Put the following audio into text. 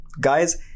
guys